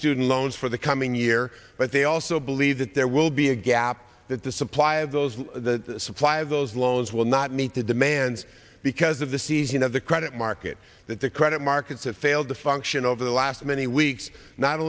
student loans for the coming year but they also believe that there will be a gap that the supply of those the supply of those loans will not meet the demands because of the season of the credit market that the credit markets have failed to function over the last many weeks not